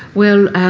well,